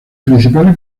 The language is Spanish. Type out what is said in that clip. principales